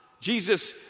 Jesus